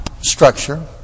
structure